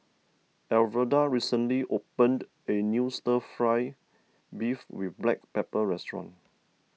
Alverda recently opened a new Stir Fry Beef with Black Pepper restaurant